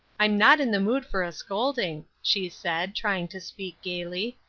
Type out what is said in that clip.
i'm not in the mood for a scolding, she said, trying to speak gayly,